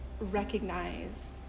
recognize